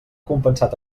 compensat